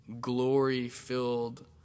glory-filled